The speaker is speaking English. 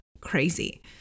crazy